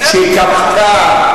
שכפתה,